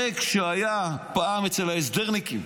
הרי כשפעם אצל ההסדרניקים